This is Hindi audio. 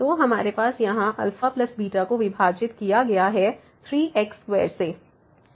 तो हमारे पास यहां αβ को विभाजित किया गया है 3 x2 से और फिर x→0